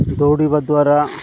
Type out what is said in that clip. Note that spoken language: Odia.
ଦୌଡ଼ିବା ଦ୍ୱାରା